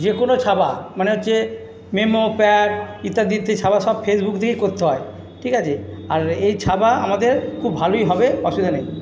যে কোনো ছাপা মানে হচ্ছে মেমো প্যাক ইত্যাদি ইত্যাদি ছাপা সব ফেসবুক দেখেই করতে হয় ঠিক আছে আর এই ছাপা আমাদের খুব ভালোই হবে অসুবিধা নেই